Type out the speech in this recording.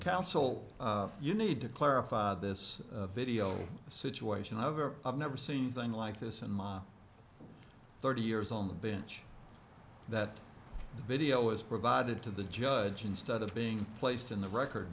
counsel you need to clarify this video a situation however i've never seen anything like this in my thirty years on the bench that the video was provided to the judge instead of being placed in the record